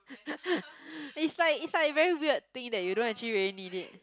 it's like it's like very weird thing that you don't actually really need it